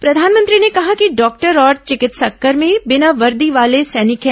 प्रधानमंत्री ने कहा कि डॉक्टर और चिकित्साकर्मी बिना वर्दी वाले सैनिक हैं